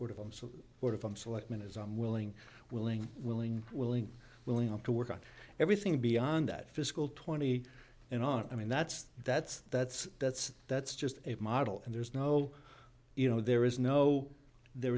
sort of i'm so bored of i'm selectman is i'm willing willing willing willing willing to work on everything beyond that fiscal twenty and on i mean that's that's that's that's that's just a model and there's no you know there is no there